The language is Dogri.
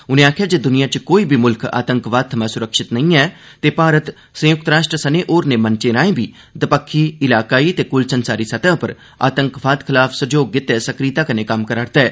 उनें आखेआ जे द्निया च कोई बी मुल्ख आतंकवाद थमां सुरक्षित नेईं ऐ ते भारत संयुक्त राष्ट्र सने होरने मंचें राएं बी दपक्खी इलाकाई ते क्ल संसारी सतह उप्पर आतंकवाद खलाफ सैहयोग गितै सक्रिता कन्नै कम्म करा'रदा ऐ